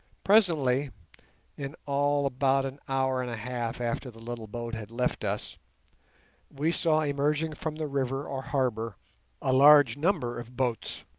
presently in all about an hour and a half after the little boat had left us we saw emerging from the river or harbour a large number of boats,